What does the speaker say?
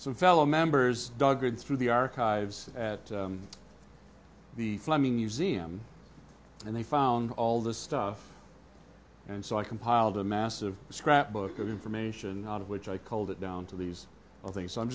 some fellow members dug through the archives at the fleming museum and they found all this stuff and so i compiled a massive scrapbook of information out of which i called it down to these things